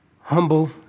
humble